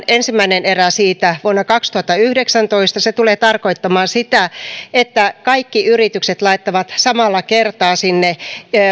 ensimmäinen erä siitä tulee voimaan vuonna kaksituhattayhdeksäntoista se tulee tarkoittamaan sitä että kaikki yritykset laittavat samalla kertaa sinne